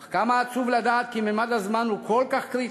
אך כמה עצוב לדעת כי ממד הזמן הוא כל כך קריטי,